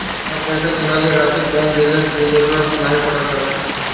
अब पईसा निकाले खातिर बैंक गइला के भी जरुरत नाइ पड़त हवे